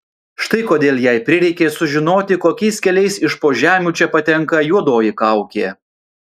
štai kodėl jai prireikė sužinoti kokiais keliais iš po žemių čia patenka juodoji kaukė